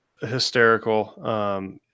hysterical